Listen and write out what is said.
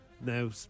now